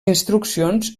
instruccions